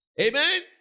Amen